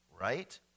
right